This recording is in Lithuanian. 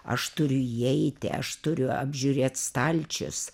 aš turiu įeiti aš turiu apžiūrėt stalčius